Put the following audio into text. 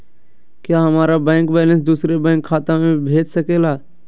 क्या हमारा bank balance दूसरे बैंक खाता में भेज सके ला?